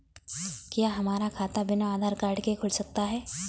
क्या हमारा खाता बिना आधार कार्ड के खुल सकता है?